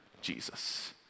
Jesus